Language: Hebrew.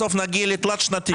בסוף נגיע לתלת שנתי.